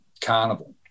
carnival